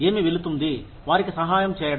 ఏమి వెళుతుంది వారికి సహాయం చేయడం